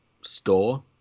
store